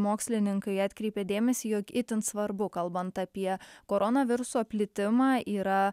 mokslininkai atkreipė dėmesį jog itin svarbu kalbant apie koronaviruso plitimą yra